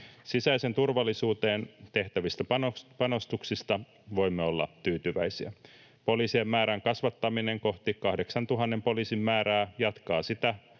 Sisäiseen turvallisuuteen tehtävistä panostuksista voimme olla tyytyväisiä. Poliisien määrän kasvattaminen kohti 8 000 poliisin määrää jatkaa sitä